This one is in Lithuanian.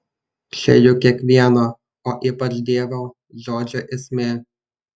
čia juk kiekvieno o ypač dievo žodžio esmė